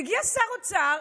מגיע שר אוצר,